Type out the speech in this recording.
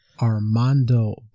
Armando